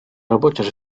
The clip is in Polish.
robociarz